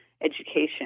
education